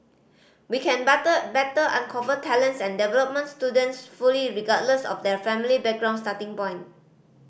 we can batter better uncover talents and development students fully regardless of their family background starting point